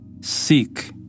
Seek